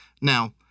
Now